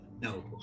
no